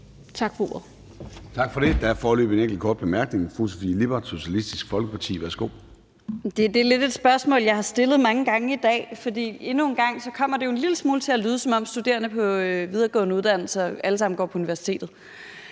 Tak for det. Der er foreløbig en enkelt kort bemærkning. Fru Sofie Lippert, Socialistisk Folkeparti. Værsgo. Kl. 19:36 Sofie Lippert (SF): Det er lidt et spørgsmål, jeg har stillet mange gange i dag. For endnu en gang kommer det en lille smule til at lyde, som om studerende på videregående uddannelser alle sammen går på universitetet,